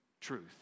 truth